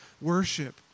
worship